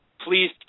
Please